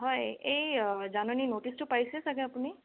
হয় এই জাননী ন'টিছটো পাইছে চাগে আপুনি